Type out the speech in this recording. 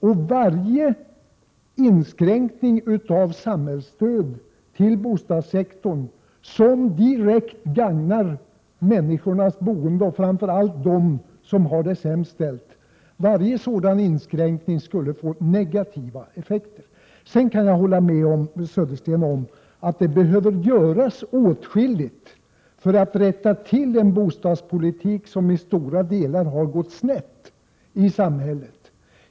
Och varje inskränkning av det samhällsstöd till bostadssektorn som direkt gagnar människornas boende och framför allt gagnar de människor som har det sämst ställt skulle få negativa effekter. Sedan kan jag hålla med Bo Södersten om att det behöver göras åtskilligt för att rätta till den bostadspolitik som i stora delar har gått snett i samhället.